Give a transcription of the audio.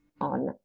on